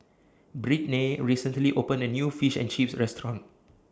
Brittnay recently opened A New Fish and Chips Restaurant